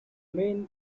main